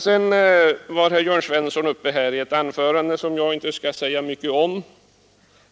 Sedan höll herr Jörn Svensson ett anförande som jag inte skall säga mycket om.